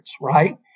right